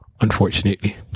Unfortunately